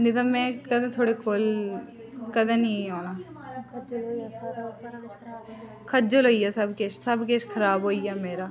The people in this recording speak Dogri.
नेईं तां में कदें थुआढ़े कोल कदें नी औना खज्जल होई गेआ सब किश सब किश खराब होई गेआ मेरा